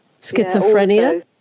schizophrenia